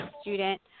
student